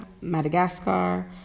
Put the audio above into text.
Madagascar